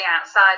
outside